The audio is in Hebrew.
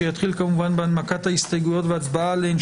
שיתחיל כמובן בהנמקת ההסתייגויות והצבעה עליהן,